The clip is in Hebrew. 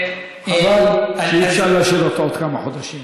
חבל שאי-אפשר להשאיר אותו עוד כמה חודשים.